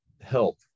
help